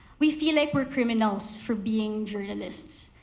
we feel like we're criminals for being journalists.